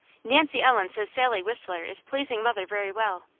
nancy ellen says sally whistler is pleasing mother very well,